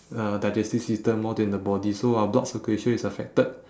uh digestive system more than the body so our blood circulation is affected